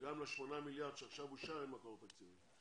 שגם ל-8 מיליארד שעכשיו אושרו אין מקור תקציבי.